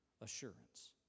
assurance